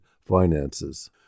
finances